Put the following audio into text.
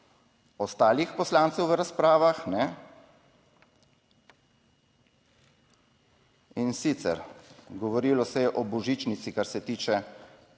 ostalih poslancev v razpravah, in sicer, govorilo se je o božičnici, kar se tiče